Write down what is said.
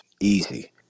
easy